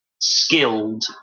skilled